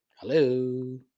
Hello